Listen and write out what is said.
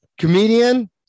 comedian